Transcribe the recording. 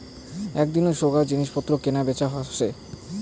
এক দিনত সোগায় জিনিস পত্তর কেনা বেচা হসে